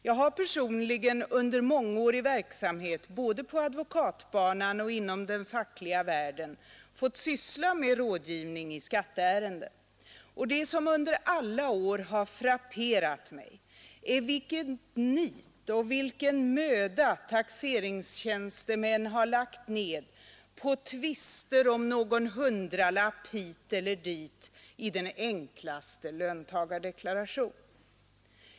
Jag har personligen under mångårig verksamhet både på advokatbanan och inom den fackliga världen fått syssla med rådgivning i skatteärenden, och det som under alla år har frapperat mig är vilket nit och vilken möda taxeringstjänstemän har lagt ned på tvister om någon hundralapp hit eller dit i den enklaste löntagardeklaration.